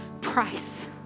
price